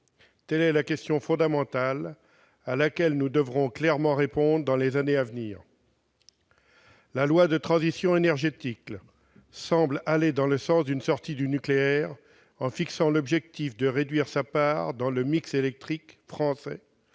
Telle est la question fondamentale à laquelle nous devrons clairement répondre dans les années à venir. La loi relative à la transition énergétique pour la croissance verte semble aller dans le sens d'une sortie du nucléaire, en fixant l'objectif de réduire sa part dans le mix électrique français